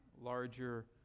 larger